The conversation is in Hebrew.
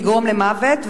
לגרום למוות,